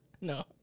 No